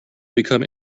become